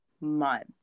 month